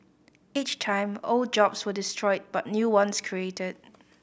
each time old jobs were destroyed but new ones created